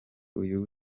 uyu